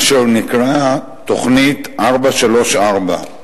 אשר נקראה תוכנית 434,